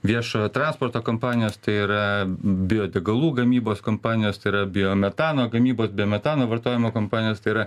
viešojo transporto kompanijos tai yra biodegalų gamybos kompanijos tai yra bio metano gamybos bio metano vartojimo kompanijos tai yra